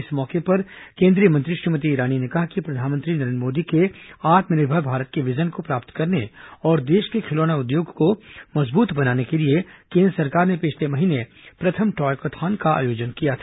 इस मौके पर केंद्रीय मंत्री श्रीमती ईरानी ने कहा कि प्रधानमंत्री नरेन्द्र मोदी के आत्मनिर्भर भारत के विजन को प्राप्त करने और देश के खिलौना उद्योग को सुदृढ़ बनाने के लिए केन्द्र सरकार ने पिछले महीने प्रथम टॉयकथॉन का आयोजन किया था